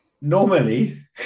normally